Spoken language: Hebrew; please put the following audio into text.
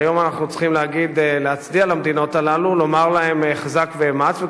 היום אנחנו צריכים להצדיע למדינות הללו ולומר להן חזק ואמץ,